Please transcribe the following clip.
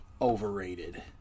overrated